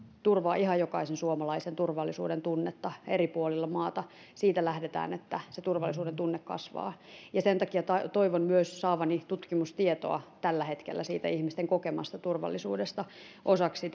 turvaa ihan jokaisen suomalaisen turvallisuudentunnetta eri puolilla maata siitä lähdetään että se turvallisuudentunne kasvaa ja sen takia toivon myös saavani tutkimustietoa tällä hetkellä ihmisten kokemasta turvallisuudesta osaksi